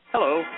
Hello